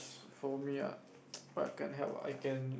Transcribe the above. for me ah but I can help I can